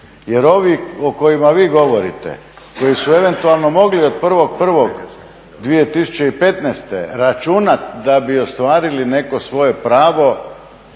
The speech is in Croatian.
Jer ovi o kojima vi govorite koji su eventualno mogli od 1.1.2015. računati da bi ostvarili neko svoje pravo